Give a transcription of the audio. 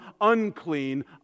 unclean